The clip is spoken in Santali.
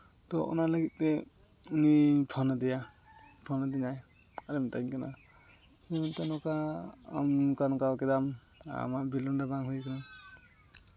ᱛᱚ ᱚᱱᱟ ᱞᱟᱹᱜᱤᱫ ᱛᱮ ᱩᱱᱤᱧ ᱯᱷᱳᱱᱟᱫᱮᱭᱟ ᱯᱷᱳᱱᱟᱫᱤᱧᱟᱭ ᱟᱨᱮᱭ ᱢᱤᱛᱟᱹᱧ ᱠᱟᱱᱟ ᱡᱮ ᱢᱮᱱᱛᱮ ᱱᱚᱝᱠᱟ ᱟᱢ ᱱᱚᱝᱠᱟ ᱱᱚᱝᱠᱟ ᱠᱮᱫᱟᱢ ᱟᱢᱟᱜ ᱵᱤᱞ ᱱᱚᱸᱰᱮ ᱵᱟᱝ ᱦᱩᱭ ᱠᱟᱱᱟ